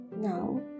now